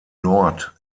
nord